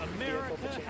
America